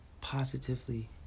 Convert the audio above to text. positively